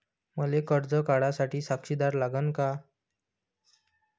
मले कर्ज काढा साठी साक्षीदार लागन का?